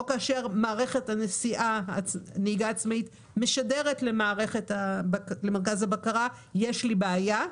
או כאשר מערכת הנהיגה העצמאית משדרת למרכז הבקרה: יש לי בעיה,